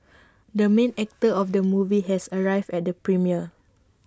the main actor of the movie has arrived at the premiere